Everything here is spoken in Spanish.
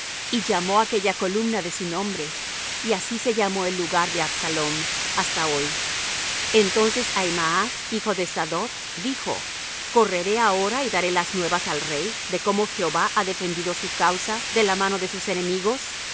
y llamó aquella columna de su nombre y así se llamó el lugar de absalom hasta hoy entonces ahimaas hijo de sadoc dijo correré ahora y daré las nuevas al rey de cómo jehová ha defendido su causa de la mano de sus enemigos